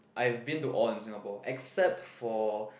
I've been to all in Singapore except for